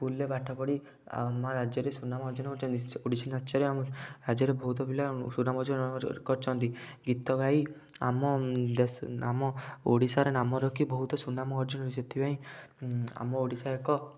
ସ୍କୁଲରେ ପାଠପଢ଼ି ଆମ ରାଜ୍ୟରେ ସୁନାମ ଅର୍ଜନ କରିଛନ୍ତି ଓଡ଼ିଶୀ ନାଚରେ ଆମ ରାଜ୍ୟରେ ବହୁତ ପିଲା ସୁନାମ ଅର୍ଜନ କରିଛନ୍ତି ଗୀତ ଗାଇ ଆମ ଦେଶ ଆମ ଓଡ଼ିଶାର ନାମ ରଖି ବହୁତ ସୁନାମ ଅର୍ଜନ ସେଥିପାଇଁ ଆମ ଓଡ଼ିଶା ଏକ